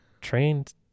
trained